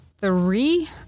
three